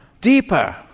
deeper